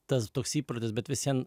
tas toks įprotis bet visvien